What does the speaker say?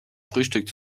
frühstück